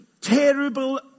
Terrible